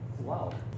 Wow